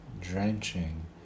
drenching